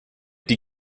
die